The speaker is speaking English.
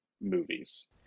movies